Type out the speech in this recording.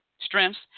strengths